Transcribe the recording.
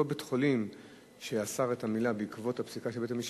אותו בית-חולים שאסר את המילה בעקבות הפסיקה של בית-המשפט,